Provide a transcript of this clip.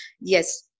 yes